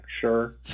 sure